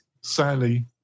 Sally